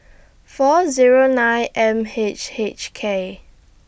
four Zero nine M H H K